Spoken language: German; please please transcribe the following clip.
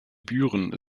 büren